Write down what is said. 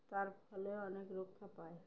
তার ফলে অনেক রক্ষা পায়